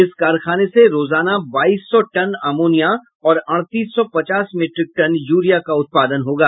इस कारखाने से रोजाना बाईस सौ टन अमोनिया और अड़तीस सौ पचास मीट्रिक टन यूरिया का उत्पादन होगा